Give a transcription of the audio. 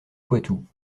poitou